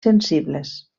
sensibles